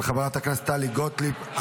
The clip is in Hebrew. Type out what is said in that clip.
של חברת הכנסת גוטליב.